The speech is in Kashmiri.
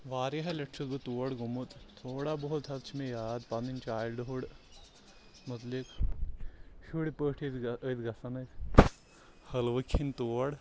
واریاہ لَٹہِ چھُس بہٕ تور گوٚمُت تھوڑا بہت حظ چھُ مےٚ یاد پَنٕنۍ چایلڈ ہُڈ مُتعلِق شُرۍ پٲٹھۍ ٲسۍ گَژھان ٲسۍ گژھان أسۍ حٔلوٕ کھیٚنہِ تور